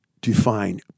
define